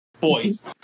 Boys